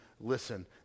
listen